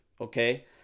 okay